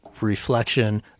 reflection